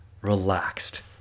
relaxed